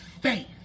faith